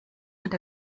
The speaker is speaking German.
hat